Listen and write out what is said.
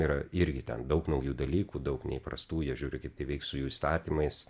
yra irgi ten daug naujų dalykų daug neįprastų jie žiūri kaip tai veiks su jų įstatymais